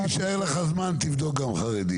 אם יישאר לך זמן, תבדוק גם חרדים.